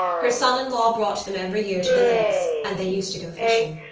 her son-in-law brought them every year to the lakes and they used to go fishing.